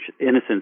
innocence